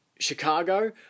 Chicago